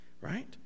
right